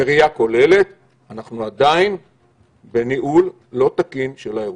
אבל בראייה כוללת אנחנו עדיין בניהול לא תקין של האירוע.